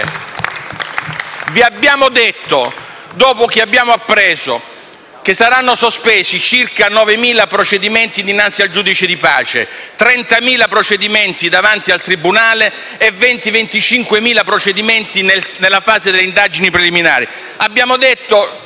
da fare. Dopo aver appreso che saranno sospesi circa 9.000 procedimenti dinanzi al giudice di pace, 30.000 procedimenti davanti al tribunale e 20.000-25.000 procedimenti nella fase delle indagini preliminari,